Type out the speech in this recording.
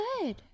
good